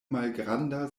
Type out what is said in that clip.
malgranda